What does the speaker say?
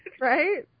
Right